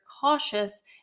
cautious